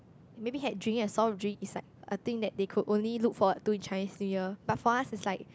maybe had drink and soft drink is like a thing that they could only look forward to in Chinese New Year but for us it's like